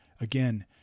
again